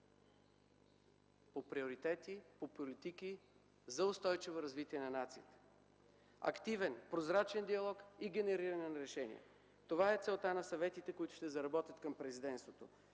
по приоритети, по политики за устойчиво развитие на нацията. Активен, прозрачен диалог и генериране на решения – това е целта на съветите, които ще заработят към Президентството.